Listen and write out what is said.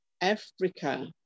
Africa